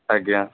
ଆଜ୍ଞା